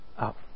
up